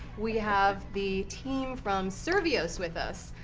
we have the team from survios with us.